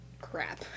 crap